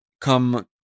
come